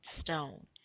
stone